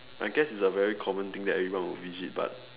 I guess it's a very common thing that everyone will visit but